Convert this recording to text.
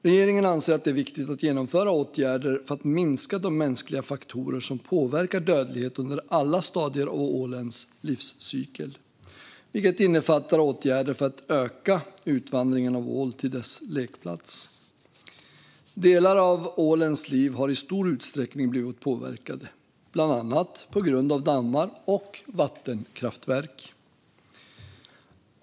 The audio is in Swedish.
Regeringen anser att det är viktigt att genomföra åtgärder för att minska de mänskliga faktorer som påverkar dödlighet under alla stadier av ålens livscykel, vilket innefattar åtgärder för att öka utvandringen av ål till dess lekplats. Delar av ålens liv har i stor utsträckning blivit påverkade, bland annat på grund av dammar och vattenkraftverk.